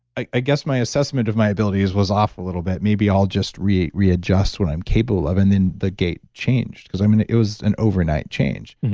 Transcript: i i guess my assessment of my abilities was off a little bit. maybe i'll just readjust what i'm capable of. and then the gait changed because i mean, it was an overnight change.